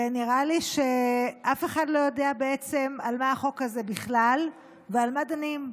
ונראה לי שאף אחד לא יודע בעצם על מה החוק הזה בכלל ועל מה דנים,